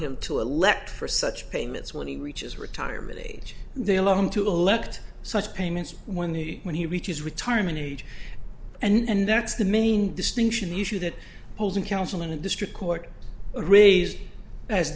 him to elect for such payments when he reaches retirement age they allow him to elect such payments when he when he reaches retirement age and that's the main distinction issue that pulls in council in a district court raised as